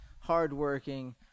hardworking